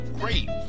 great